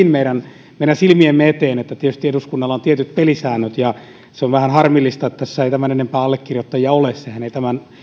meidän silmiemme eteen tietysti eduskunnalla on tietyt pelisäännöt ja on vähän harmillista että tässä ei tämän enempää allekirjoittajia ole sehän ei tämän